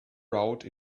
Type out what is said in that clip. route